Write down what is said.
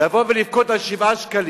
לבוא ולבכות על 7 שקלים,